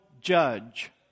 judge